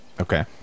okay